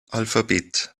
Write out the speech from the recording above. alphabet